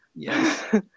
Yes